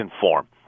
form